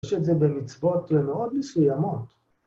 יש את זה במצוות מאוד מסוימות.